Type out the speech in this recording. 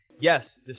Yes